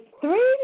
three